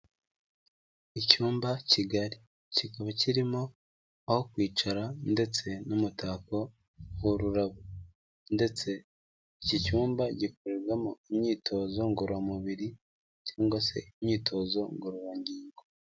Icyumba kigari. Kikaba kirimo aho kwicara ndetse n'umutako w'ururabo ndetse iki cyumba gikorerwamo imyitozo ngororamubiri cyangwa se imyitozo ngororangingo.